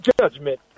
judgment